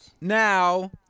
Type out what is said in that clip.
Now